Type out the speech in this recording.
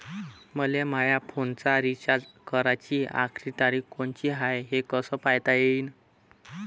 मले माया फोनचा रिचार्ज कराची आखरी तारीख कोनची हाय, हे कस पायता येईन?